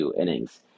innings